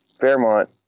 Fairmont